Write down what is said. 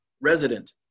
Resident